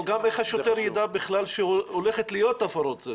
אבל גם איך השוטר יידע בכלל שהולכת להיות הפרת סדר?